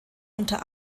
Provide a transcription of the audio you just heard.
unter